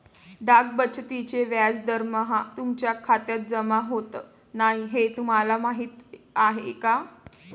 डाक बचतीचे व्याज दरमहा तुमच्या खात्यात जमा होत नाही हे तुम्हाला माहीत आहे का?